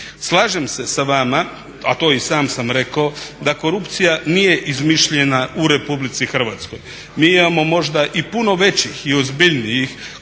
Slažem se sa vama a to i sam sam rekao, da korupcija nije izmišljena u RH. Mi imamo možda i puno većih i ozbiljnijih koruptivnih